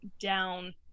down